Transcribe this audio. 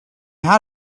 how